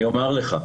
אני אומר לך,